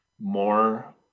more